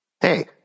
Hey